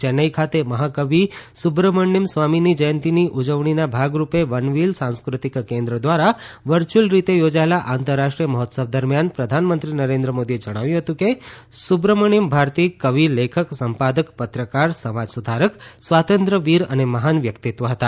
ચેન્નાઇ ખાતે મહાકવિ સુબ્રમણ્ય સ્વામીની જયંતીની ઉજવણીના ભાગરૂપે વનવીલ સાંસ્કૃતિક કેન્દ્ર ધ્વારા વર્ચ્યુઅલ રીતે યોજાયેલા આંતરરાષ્ટ્રીય મહોત્સવ દરમિયાન પ્રધાનમંત્રી નરેન્દ્ર મોદીએ જણાવ્યું હતું કે સુબ્રમણ્યમ ભારતી કવિ લેખક સંપાદક પત્રકાર સમાજ સુધારક સ્વાતંત્ય વીર અને મહાન વ્યકિતત્વ હતા